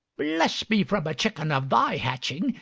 bless me from a chicken of thy hatching,